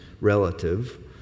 relative